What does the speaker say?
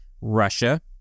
Russia